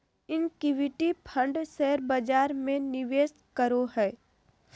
equity fund share बजार में निवेश करो हइ